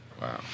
Wow